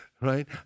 right